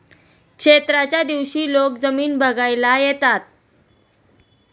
क्षेत्राच्या दिवशी लोक जमीन बघायला येतात